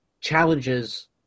challenges